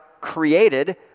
created